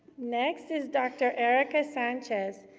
next is dr. erica sanchez,